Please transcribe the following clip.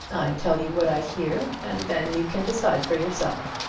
i tell you what i hear, and then you can decide for yourself.